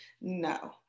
no